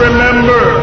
Remember